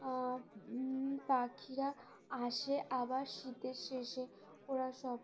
পাখিরা আসে আবার শীতের শেষে ওরা সব